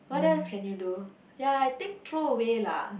what else can you do ya I think throw away lah